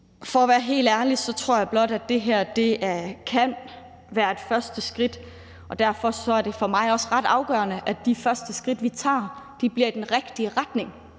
For at være helt ærlig tror jeg blot, at det her kan være et første skridt, og derfor er det for mig også ret afgørende, at de første skridt, vi tager, bliver i den rigtige retning,